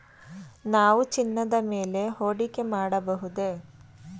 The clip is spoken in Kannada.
ನಾವು ಚಿನ್ನದ ಮೇಲೆ ಹೂಡಿಕೆ ಮಾಡಬಹುದೇ?